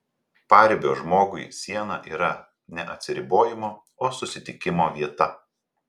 paribio žmogui siena yra ne atsiribojimo o susitikimo vieta